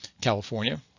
California